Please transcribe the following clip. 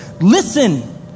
Listen